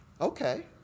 okay